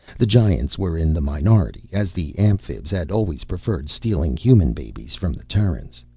the giants were in the minority, as the amphibs had always preferred stealing human babies from the terrans.